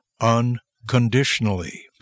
unconditionally